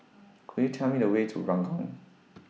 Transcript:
Could YOU Tell Me The Way to Ranggung